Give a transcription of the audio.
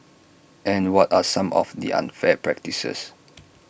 and what are some of the unfair practices